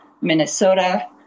Minnesota